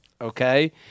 okay